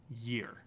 year